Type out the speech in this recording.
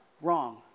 wrong